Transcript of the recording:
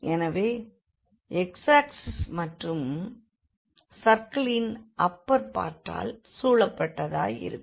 ஆகவே x axis மற்றும் சர்க்கிளின் அப்பர் பார்ட்டால் சூழப்பட்டதாயிருக்கும்